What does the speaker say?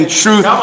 truth